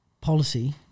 policy